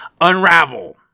Unravel